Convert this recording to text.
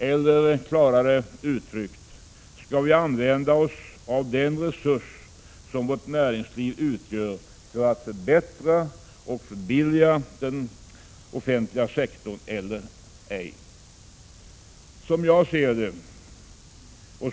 Eller klarare uttryckt: Skall vi använda oss av den resurs som vårt näringsliv utgör för att förbättra och förbilliga den offentliga sektorn eller ej?